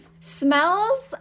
Smells